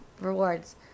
rewards